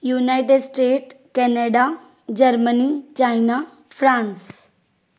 united state Canada Germany China France